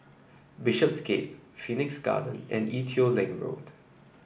Bishopsgate Phoenix Garden and Ee Teow Leng Road